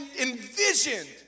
envisioned